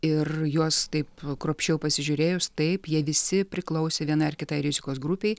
ir juos taip kruopščiau pasižiūrėjus taip jie visi priklausė vienai ar kitai rizikos grupei